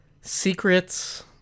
Secrets